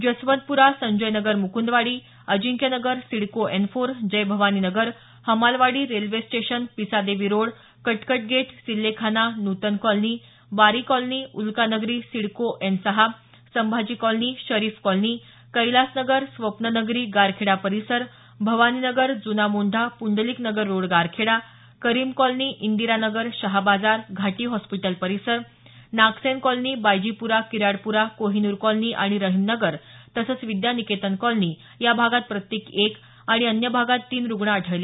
Jaswantpura Sanjay Nagar Mukundwadi Ajinkya Nagar CIDCO N four Jai Bhavani Nagar Hamalwadi railway station Pisadevi road Katkat gate Sillekhana Nutan colony Bari colony Ulka Nagari CIDCO N six Sambhaji colony Sharif colony Kailas Nagar Swapna Nagari Garkheda परिसर Bhavani Nagar Juna Mondha Pundlik Nagar road Garkheda Karim colony Indira Nagar Shah Bazar Ghati hospital परिसर Nagsen colony Baijipura Kiradpura Kohinoor colony आणि रहीम नगर तसंच Vidyaniketan colony या भागात प्रत्येकी एक आणि अन्य भागात तीन रुग्ण आढळले